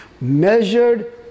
measured